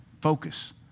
Focus